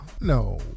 No